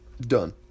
Done